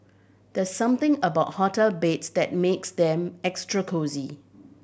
there's something about hotel beds that makes them extra cosy